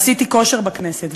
עשיתי כושר בכנסת.